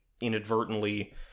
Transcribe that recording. inadvertently